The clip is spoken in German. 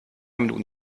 minuten